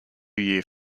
year